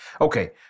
Okay